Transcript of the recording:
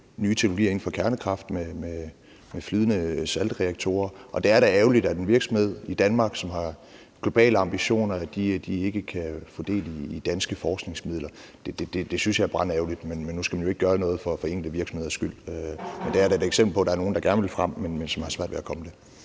nye teknologier inden for kernekraft med flydende saltreaktorer, og det er da ærgerligt, at en virksomhed i Danmark, som har globale ambitioner, ikke kan få del i danske forskningsmidler. Det synes jeg er brandærgerligt, men nu skal man jo ikke gøre noget for enkelte virksomheders skyld. Men det er da et eksempel på, at der er nogle, der gerne vil frem, men som har svært ved at komme det.